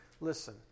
listen